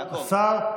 תודה רבה, השר.